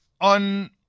on